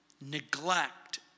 neglect